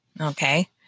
Okay